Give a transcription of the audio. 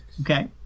Okay